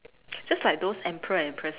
just like those emperor and empress